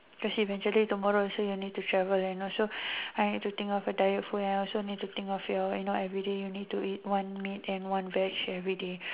cause eventually tomorrow you also need to travel I also need think of your diet I also need to think of your everyday you need to eat one veg and one meat everyday